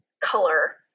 color